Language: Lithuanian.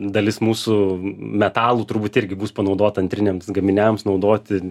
dalis mūsų metalų turbūt irgi bus panaudota antriniams gaminiams naudoti